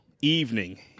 evening